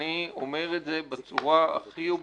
אני אומר את זה בצורה הכי אובייקטיבית.